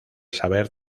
saber